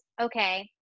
okay